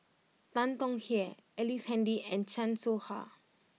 Tan Tong Hye Ellice Handy and Chan Soh Ha